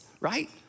right